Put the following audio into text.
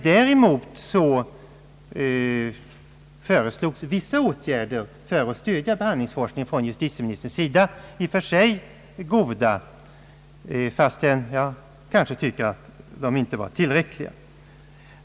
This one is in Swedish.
Däremot föreslog justitieministern vissa åtgärder för att stödja behandlingsforskning — i och för sig goda, fastän jag kanske tycker att de inte var tillräckliga.